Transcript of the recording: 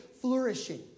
flourishing